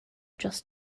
just